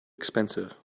expensive